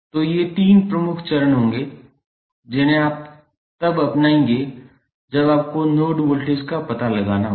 तो ये तीन प्रमुख चरण होंगे जिन्हें आप तब अपनाएँगे जब आपको नोड वाल्टेज का पता लगाना होगा